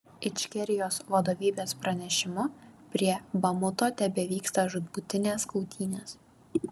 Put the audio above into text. ičkerijos vadovybės pranešimu prie bamuto tebevyksta žūtbūtinės kautynės